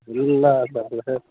ल ल ल